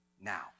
now